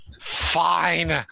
Fine